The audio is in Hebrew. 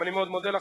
אני מאוד מודה לך.